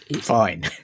fine